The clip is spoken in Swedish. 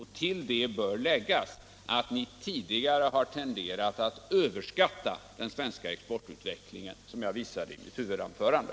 Härtill bör läggas att ni tidigare har tenderat att överskatta den svenska exportutvecklingen, vilket jag visade i mitt huvudanförande.